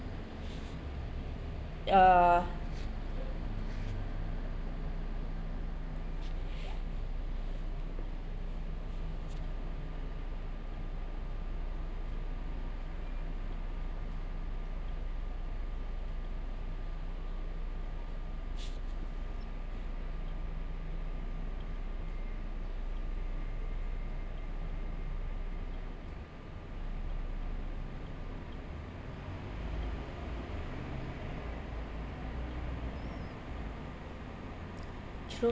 uh true